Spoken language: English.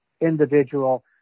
individual